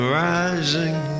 rising